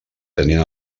tenint